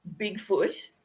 Bigfoot